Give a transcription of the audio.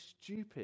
stupid